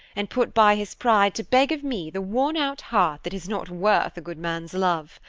and put by his pride to beg of me the worn-out heart that is not worth a good man's love.